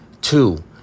Two